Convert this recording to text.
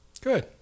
good